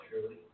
truly